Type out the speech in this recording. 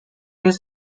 his